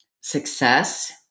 success